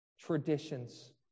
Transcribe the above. traditions